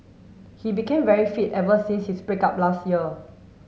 he became very fit ever since his break up last year